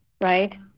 Right